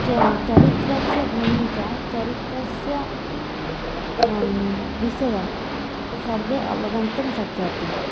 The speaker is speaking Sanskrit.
च चरित्रस्य भूमिका चरित्रस्य विषय सर्वे अवगन्तुं शक्यते